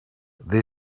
they